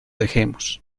dejemos